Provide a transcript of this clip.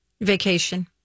Vacation